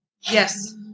Yes